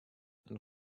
and